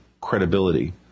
credibility